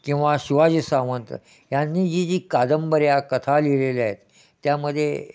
किंवा शिवाजी सावंत यांनी जी जी कादंबऱ्या कथा लिहिलेल्या आहेत त्यामध्ये